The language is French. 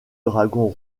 dragon